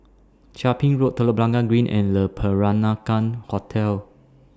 Chia Ping Road Telok Blangah Green and Le Peranakan Hotel